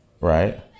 right